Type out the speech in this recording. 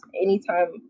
anytime